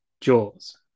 Jaws